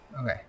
Okay